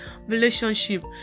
relationship